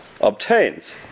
obtains